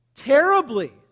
Terribly